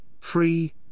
free